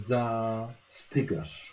Zastygasz